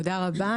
תודה רבה.